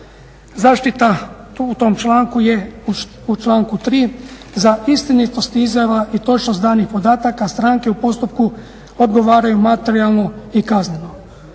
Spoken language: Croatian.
Zaštita u tom članku je u članku 3. za istinitost izjava i točnost danih podataka stranke u postupku odgovaraju materijalno i kazneno.